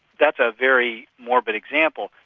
that's a very morbid example,